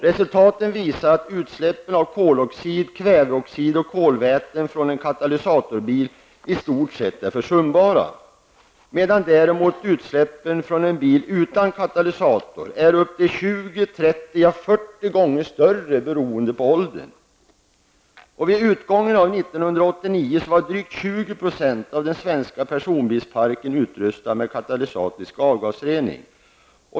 Resultaten visar att utsläppen av koloxid, kväveoxid och kolväten från en katalysatorbil i stort sett är försumbara, medan däremot utsläppen från en bil utan katalysator är upp till 20, 30 och 40 gånger större beroende på åldern. Vid utgången av år 1989 var drygt 20 % av den svenska personbilsparken utrustad med katalytisk avgasrening.